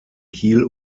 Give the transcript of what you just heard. kiel